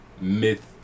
myth